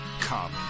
Come